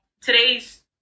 today's